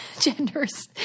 genders